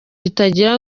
itagira